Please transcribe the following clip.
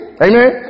Amen